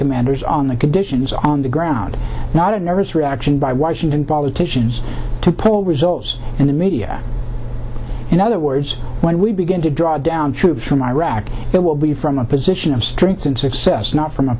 commanders on the conditions on the ground not a nervous reaction by washington politicians to pull results in the media in other words when we begin to draw down troops from iraq it will be from a position of strength and success not from a